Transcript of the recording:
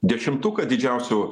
dešimtuką didžiausių